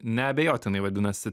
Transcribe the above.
neabejotinai vadinasi